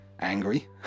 angry